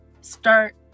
start